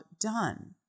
done